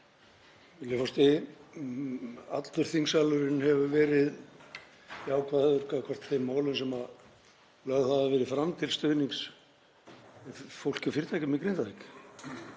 forseti. Allur þingsalurinn hefur verið jákvæður gagnvart þeim málum sem lögð hafa verið fram til stuðnings fólki og fyrirtækjum í Grindavík